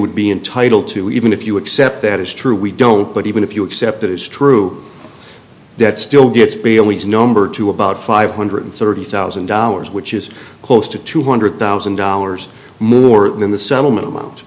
would be entitled to even if you accept that is true we don't but even if you accept it is true that still gets bailey's number to about five hundred thirty thousand dollars which is close to two hundred thousand dollars more than the settlement amount